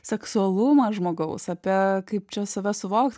seksualumą žmogaus apie kaip čia save suvokt